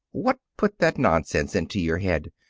what put that nonsense into your head?